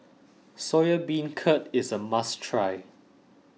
Soya Beancurd is a must try